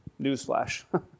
Newsflash